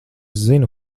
zinu